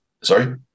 Sorry